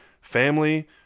family